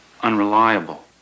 unreliable